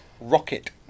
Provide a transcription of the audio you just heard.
rocket